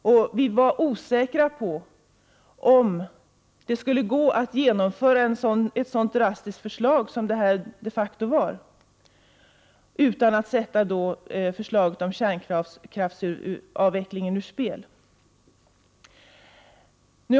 Vi var också osäkra på om det skulle gå att genomföra ett så drastiskt förslag som det de facto var utan att sätta kärnkraftens avveckling ur spel.